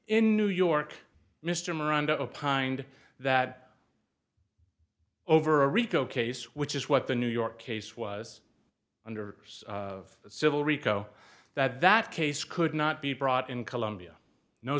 in new york mr miranda opined that over a rico case which is what the new york case was under civil rico that that case could not be brought in columbia no